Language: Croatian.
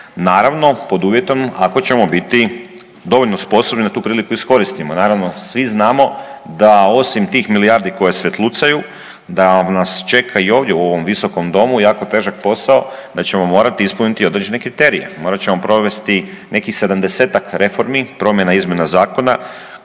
naravno, pod uvjetom ako ćemo biti dovoljno sposobni da tu priliku iskoristimo. Naravno, svi znamo da osim tih milijardi koje svjetlucaju, da nas čeka i ovdje u ovom visokom Domu jako težak posao, da ćemo morati ispuniti određene kriterije. Morat ćemo provesti nekih 70-tak reformi, promjena, izmjena zakona